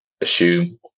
assume